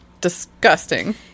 disgusting